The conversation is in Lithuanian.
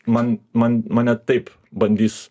man man mane taip bandys